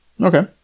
Okay